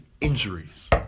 injuries